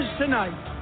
tonight